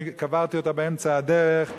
וקברתי אותה באמצע הדרך,